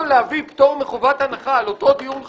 להביא פטור מחובת הנחה על אותו דיון חפוז,